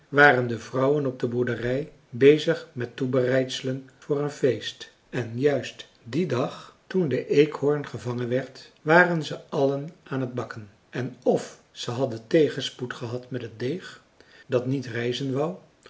waren de vrouwen op de boerderij bezig met toebereidselen voor een feest en juist dien dag toen de eekhoorn gevangen werd waren ze allen aan t bakken en f ze hadden tegenspoed gehad met het deeg dat niet rijzen wou